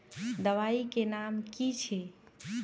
दबाई के नाम की छिए?